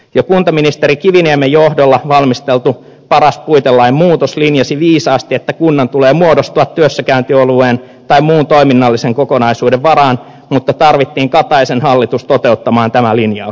jo kuntaministeri kiviniemen johdolla valmisteltu paras puitelain muutos linjasi viisaasti että kunnan tulee muodostua työssäkäyntialueen tai muun toiminnallisen kokonaisuuden varaan mutta tarvittiin kataisen hallitus toteuttamaan tämä linjaus